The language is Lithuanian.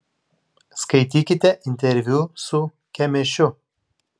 skaitykite interviu su kemėšiu